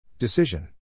Decision